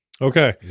Okay